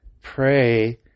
pray